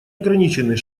ограниченный